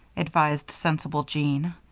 advised sensible jean.